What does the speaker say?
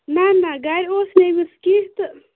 نہَ نہَ گَرِ اوس نہَ أمِس کیٚنٛہہ تہٕ